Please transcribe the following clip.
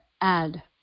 add